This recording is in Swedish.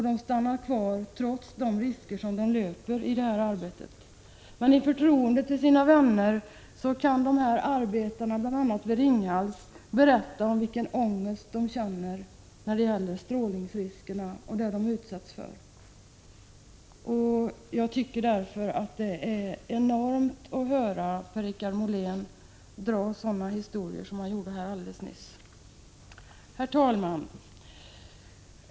De stannar kvar trots riskerna i arbetet. Men när t.ex. arbetarna vid Ringhals umgås med sina vänner händer det att de i förtroende talar om den ångest de känner när det gäller strålningsriskerna och andra risker som de utsätts för. Mot den bakgrunden tycker jag att Per-Richard Moléns ”historier” här alldeles nyss är helt enorma. Prot. 1985/86:156 Herr talman!